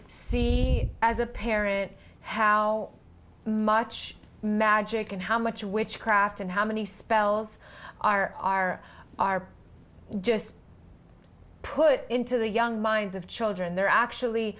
see as a parent have no much magic and how much witchcraft and how many spells are are are just put into the young minds of children they're actually